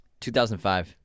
2005